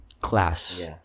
class